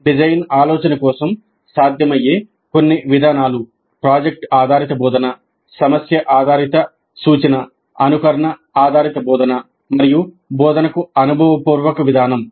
design ఆలోచన కోసం సాధ్యమయ్యే కొన్ని విధానాలు ప్రాజెక్ట్ ఆధారిత బోధన సమస్య ఆధారిత సూచన అనుకరణ ఆధారిత బోధన మరియు బోధనకు అనుభవపూర్వక విధానం